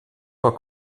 vor